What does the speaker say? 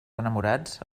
enamorats